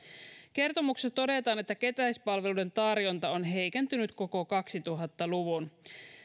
kertomuksessa todetaan että käteispalveluiden tarjonta on heikentynyt koko kaksituhatta luvun